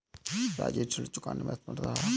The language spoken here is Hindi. राजेश ऋण चुकाने में असमर्थ रहा